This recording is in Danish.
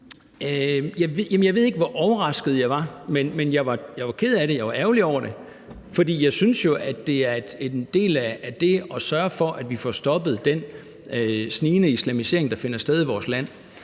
Jeg ved ikke, hvor overrasket jeg var, men jeg var ked af det, og jeg var ærgerlig over det, for jeg synes jo, at det er en del af det at sørge for, at vi får stoppet den snigende islamisering, der finder sted i vores land.